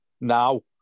Now